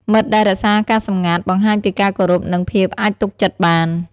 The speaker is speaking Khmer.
មិត្តដែលរក្សាការសម្ងាត់ បង្ហាញពីការគោរព និងភាពអាចទុកចិត្តបាន។